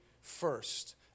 first